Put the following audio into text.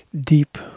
deep